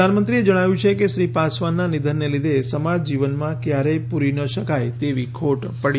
પ્રધાનમંત્રીએ જણાવ્યું છેકે શ્રી પાસવાનનાં નિધનને લીધે સમાજ જીવનમાં ક્યારેક પૂરી ન શકાય તેવી ખોટ પડી છે